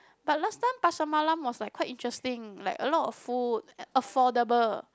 but last time Pasar Malam was like quite interesting like a lot of food affordable